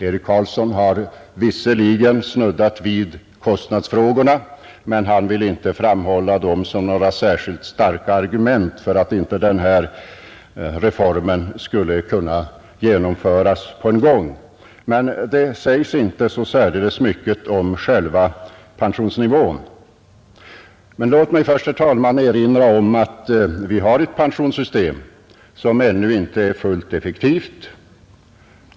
Eric Carlsson har visserligen snuddat vid kostnaderna, men han vill inte framhålla dem som några särskilt starka argument för att inte den här reformen skulle kunna genomföras på en gång. Men det sägs inte så särdeles mycket om själva pensionsnivån. Låt mig först, herr talman, erinra om att vi har ett pensionssystem som ännu inte är fullt effektivt.